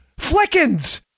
Flickens